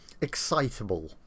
excitable